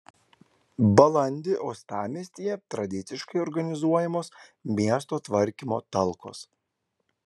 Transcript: balandį uostamiestyje tradiciškai organizuojamos miesto tvarkymo talkos